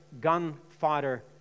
gunfighter